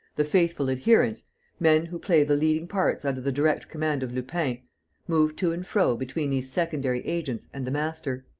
the faithful adherents men who play the leading parts under the direct command of lupin move to and fro between these secondary agents and the master.